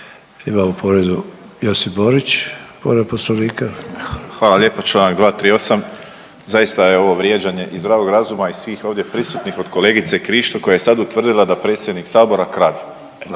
Poslovnika. **Borić, Josip (HDZ)** Hvala lijepa. Čl. 238. Zaista je ovo vrijeđanje i zdravog razuma i svih ovdje prisutnih od kolegice Krišto koja je sad utvrdila da predsjednik Sabora krade.